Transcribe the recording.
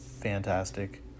fantastic